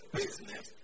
business